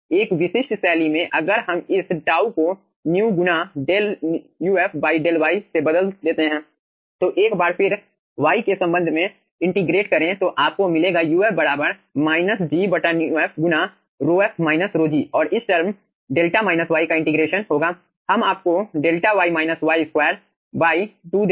एक विशिष्ट शैली में अगर हम इस τ को μ गुना del uf del y से बदल देते हैं तो एक बार फिर y के संबंध में इंटीग्रेट करें तो आपको मिलेगा uf माइनस g μf गुना ρf ρg और इस टर्म 𝛿 y का इंटीग्रेशन होगा हम आपको 𝛿 y y 2 2 देंगे